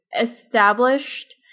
established